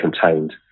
contained